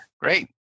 Great